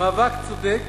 המאבק צודק,